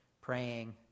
praying